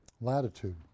latitude